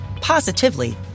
positively